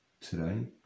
today